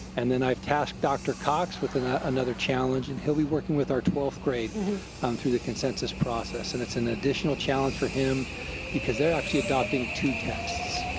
and then i've tasked dr. cox with ah another challenge and he'll be working with our twelfth grade through the consensus process, and it's an additional challenge for him because they're actually adopting two texts.